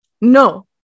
no